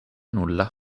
nulla